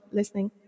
listening